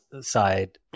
side